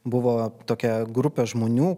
buvo tokia grupė žmonių